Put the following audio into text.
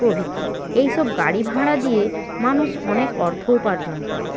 প্রভৃতি এইসব গাড়ি ভাড়া দিয়ে মানুষ অনেক অর্থ উপার্জন করে